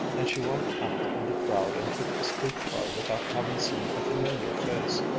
and she walked out through the crowd and took the street-car without having seen a familiar face.